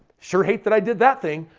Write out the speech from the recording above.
sure hate that i did that thing.